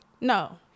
No